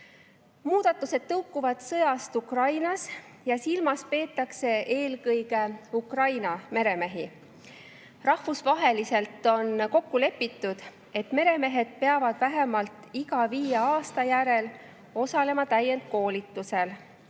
Muudatused tõukuvad sõjast Ukrainas ja silmas peetakse eelkõige Ukraina meremehi. Rahvusvaheliselt on kokku lepitud, et meremehed peavad vähemalt iga viie aasta järel osalema täienduskoolitusel,